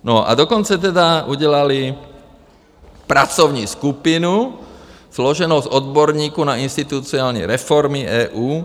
No a dokonce tedy udělali pracovní skupinu složenou z odborníků na institucionální reformy EU.